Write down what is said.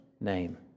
name